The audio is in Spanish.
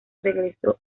regresó